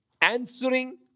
answering